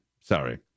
Sorry